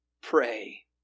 pray